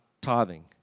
tithing